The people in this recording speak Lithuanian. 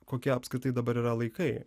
kokie apskritai dabar yra laikai